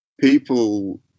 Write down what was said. people